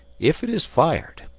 if it is fired,